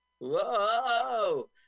Whoa